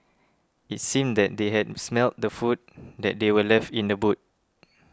it seemed that they had smelt the food that they were left in the boot